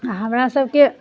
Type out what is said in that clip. आ हमरा सबके